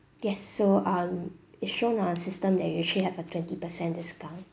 yes so um it shown on our system that you actually have a twenty percent discount